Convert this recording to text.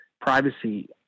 privacy